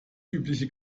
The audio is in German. übliche